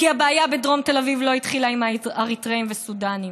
כי הבעיה בדרום תל אביב לא התחילה עם האריתריאים והסודאנים,